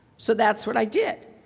so that's what i did.